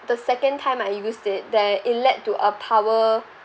the second time I use it there it led to a power